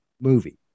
movie